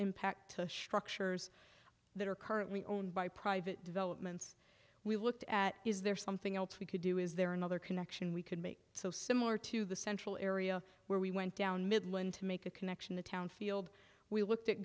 impact that are currently owned by private developments we looked at is there something else we could do is there another connection we could make so similar to the central area where we went down midland to make a connection the town field we looked at